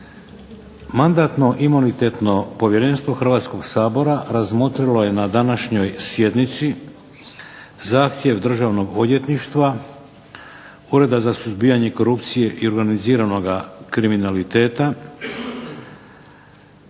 Mandatno-imunitetno povjerenstvo Hrvatskog sabora razmotrilo je na današnjoj sjednici zahtjev Državnog odvjetništva, Ureda za suzbijanje korupcije i organiziranog kriminaliteta,